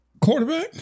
Quarterback